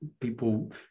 people